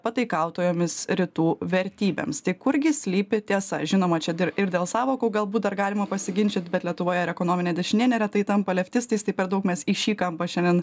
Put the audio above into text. pataikautojomis rytų vertybėms tik kurgi slypi tiesa žinoma čia dir ir dėl sąvokų galbūt dar galima pasiginčyt bet lietuvoje ir ekonominė dešinė neretai tampa leftistais tai per daug mes į šį kampą šiandien